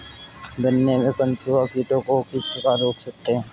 गन्ने में कंसुआ कीटों को किस प्रकार रोक सकते हैं?